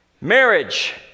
Marriage